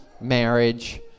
marriage